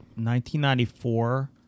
1994